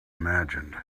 imagined